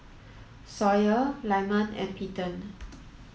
Sawyer Lyman and Peyton